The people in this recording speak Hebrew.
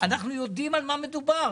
אנחנו יודעים על מה מדובר,